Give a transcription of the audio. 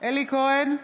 אלי כהן,